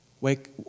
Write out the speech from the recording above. wake